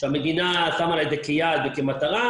שהמדינה שמה לה את זה כיעד וכמטרה,